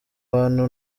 bantu